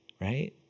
right